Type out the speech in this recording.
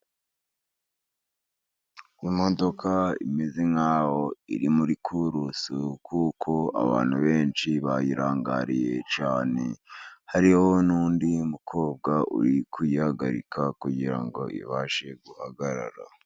Imodoka imeze nkaho iri muri curusu kuko abantu benshi bayirangariye cyane, hariho n'undi mukobwa uri kuyihagarika kugirango ngo ibashe guhagarara.